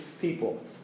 people